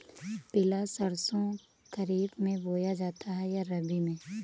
पिला सरसो खरीफ में बोया जाता है या रबी में?